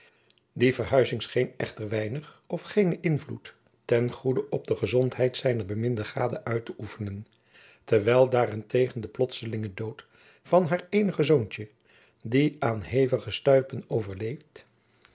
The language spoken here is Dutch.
die verhuizing scheen echter weinig of geenen invloed ten goede op de gezondheid zijner beminde gade uit te oefenen terwijl daarentegen de plotselinge dood van haar eenig zoontje die aan hevige stuipen overleed